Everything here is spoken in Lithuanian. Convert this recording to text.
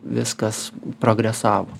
viskas progresavo